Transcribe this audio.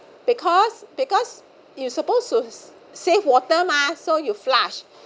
because because you're supposed to save water mah so you flush